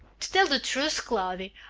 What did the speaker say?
to tell the truth, cloudy,